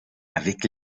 avec